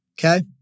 Okay